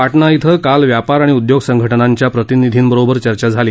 पटणा धिं काल व्यापार आणि उद्योग संघटनांच्या प्रतिनीधींबरोबर चर्चा झाली